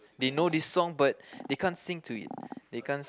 they know this song but they can't sing to it they can't